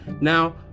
now